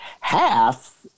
half